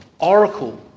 oracle